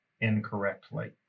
incorrectly